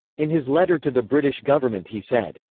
in his letter to the british government he said,